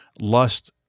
lust